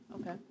Okay